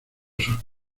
sus